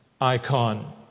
icon